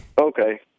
Okay